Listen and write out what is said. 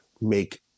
make